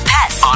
Pets